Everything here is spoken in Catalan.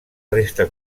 restes